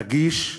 רגיש,